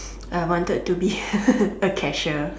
I wanted to be a cashier